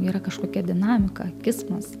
yra kažkokia dinamika kismas